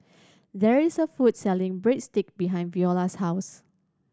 there is a food selling Breadsticks behind Viola's house